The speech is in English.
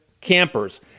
campers